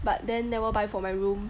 but then never buy for my room